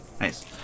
Nice